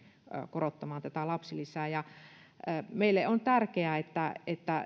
korottamaan lapsilisää meille on tärkeää että